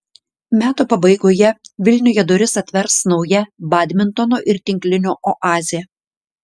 metų pabaigoje vilniuje duris atvers nauja badmintono ir tinklinio oazė